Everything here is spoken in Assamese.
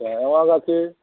এঁৱা গাখীৰ